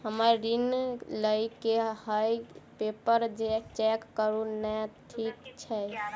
हमरा ऋण लई केँ हय पेपर चेक करू नै ठीक छई?